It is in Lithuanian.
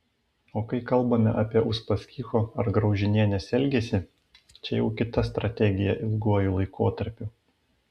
o kai kalbame apie uspaskicho ar graužinienės elgesį čia jau kita strategija ilguoju laikotarpiu